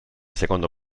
secondo